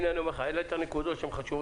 הנה אני אומר לך, העלית נקודות שהן חשובות.